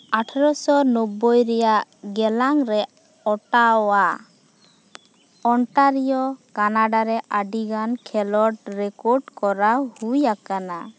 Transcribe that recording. ᱟᱴᱷᱨᱚᱥᱚ ᱱᱚᱵᱽᱵᱚᱭ ᱨᱮᱭᱟᱜ ᱮᱜᱞᱟᱱ ᱨᱮ ᱚᱴᱟᱣᱟ ᱚᱱᱴᱟᱨᱤᱭᱚ ᱠᱟᱱᱟᱰᱟ ᱨᱮ ᱟᱹᱰᱤᱜᱟᱱ ᱠᱷᱮᱞᱳᱸᱰ ᱨᱮᱠᱚᱰ ᱠᱚᱨᱟᱣ ᱦᱩᱭ ᱟᱠᱟᱱᱟ